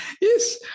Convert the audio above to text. Yes